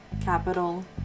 capital